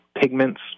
pigments